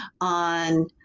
on